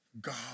God